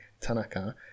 Tanaka